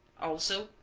also,